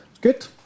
Good